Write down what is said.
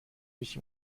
mich